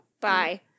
Bye